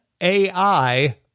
ai